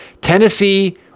Tennessee